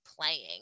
playing